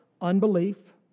unbelief